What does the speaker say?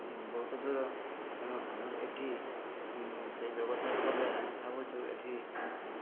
ବହୁତ ଦୂର ତେଣୁ ଆମର ଏଠି ସେ ବ୍ୟବସାୟ କଲେ ଆମେ ଭାବୁଛୁ ଏଠି